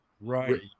right